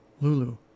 Lulu